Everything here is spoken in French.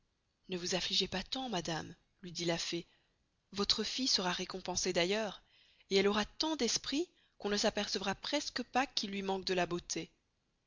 ne vous affligez point tant madame luy dit la fée vostre fille sera recompensée d'ailleurs et elle aura tant d'esprit qu'on ne s'apercevra presque pas qu'il luy manque de la beauté